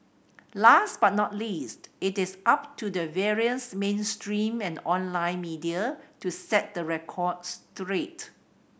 last but not least it is up to the various mainstream and online media to set the record straight